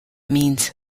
means